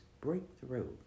breakthrough